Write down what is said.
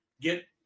get